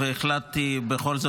רק אחרי ההצבעה